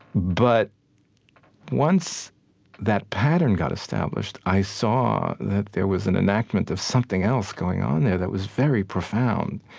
but once that pattern got established, i saw that there was an enactment of something else going on there that was very profound.